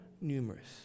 numerous